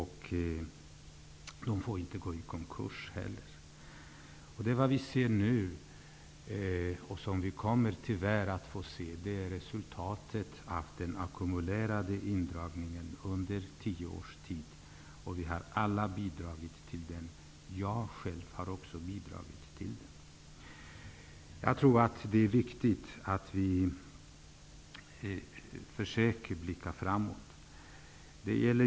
De får inte heller gå i konkurs. Vad vi ser nu och vad vi tyvärr kommer att få se är resultatet av den ackumulerade indragningen under tio års tid, och vi har alla bidragit till den. Jag själv har också bidragit till den. Jag tror att det är viktigt att vi försöker blicka framåt.